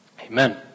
Amen